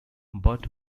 but